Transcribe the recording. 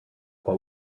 what